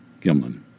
Gimlin